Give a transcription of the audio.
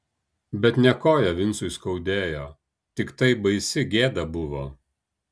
bet ne koją vincui skaudėjo tiktai baisi gėda buvo